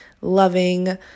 loving